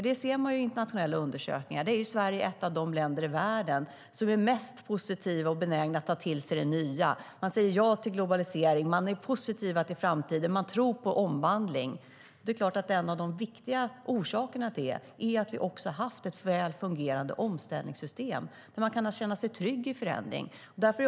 Det ser man i internationella undersökningar: Sverige är ett av de länder i världen där man är mest positiv och benägen att ta till sig det nya. Man säger ja till globalisering, man är positiv till framtiden och man tror på omvandling. Det är klart att en av de viktiga orsakerna till det är att vi har haft ett väl fungerande omställningssystem där man har kunnat känna sig trygg i förändring.